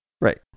Right